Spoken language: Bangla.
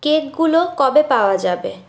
কেক গুলো কবে পাওয়া যাবে